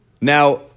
Now